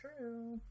true